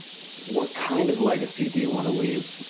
what kind of legacy do you wanna leave?